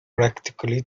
practically